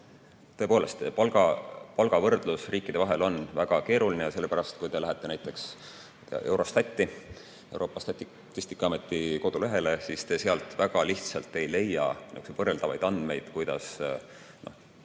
Tõepoolest, palga võrdlus riikide vahel on väga keeruline. Sellepärast, kui te lähete näiteks Eurostati, Euroopa Statistikaameti kodulehele, siis te sealt väga lihtsalt ei leia võrreldavaid andmeid, ütleme,